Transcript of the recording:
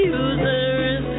users